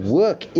work